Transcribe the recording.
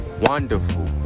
wonderful